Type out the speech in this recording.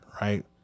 right